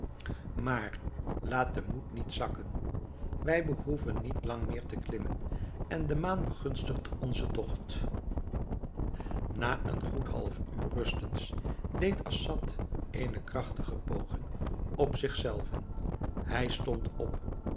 maar laat den moed niet zakken wij behoeven niet lang meer te klimmen en de maan begunstigt onzen togt na een goed half uur rustens deed assad eene krachtige poging op zich zelven hij stond op